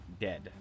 dead